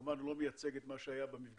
כמובן הוא לא מייצג את מה שהיה במפגשים,